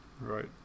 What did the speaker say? Right